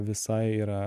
visai yra